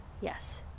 yes